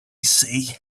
say